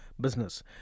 business